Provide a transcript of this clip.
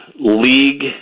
League